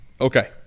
Okay